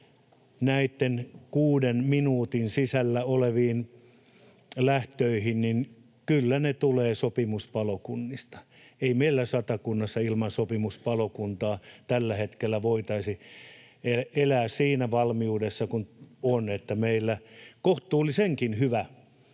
näistä kuuden minuutin sisällä olevista lähdöistä kyllä tulee sopimuspalokunnista. Ei meillä Satakunnassa ilman sopimuspalokuntaa tällä hetkellä voitaisi elää siinä valmiudessa, joka on, kun meillä kohtuullisenkin hyvä